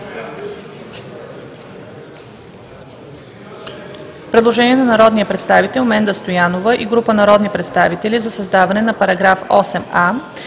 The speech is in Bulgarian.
Предложение на народния представител Менда Стоянова и група народни представители за създаване на § 8а.